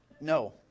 No